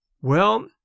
Well